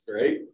right